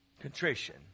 Contrition